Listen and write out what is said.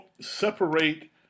separate